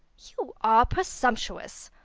you are presumptuous.